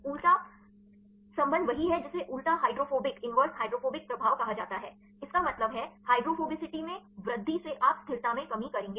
उलटा संबंध वहीं है जिसे उलटा हाइड्रोफोबिक प्रभाव कहा जाता है इसका मतलब है हाइड्रोफोबिसिटी में वृद्धि से आप स्थिरता में कमी करेंगे